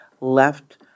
left